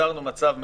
יצרנו מצב מלאכותי,